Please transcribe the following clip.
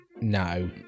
No